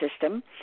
system